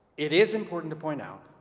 it is important to point out